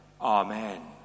Amen